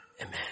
amen